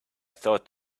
thought